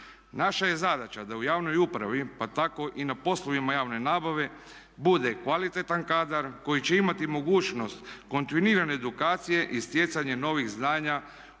Naša je zadaća da u javnoj upravi pa tako i na poslovima javne nabave bude kvalitetan kadar koji će imati mogućnost kontinuirane edukacije i stjecanje novih znanja u